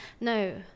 no